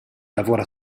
lavora